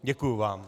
Děkuji vám.